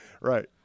Right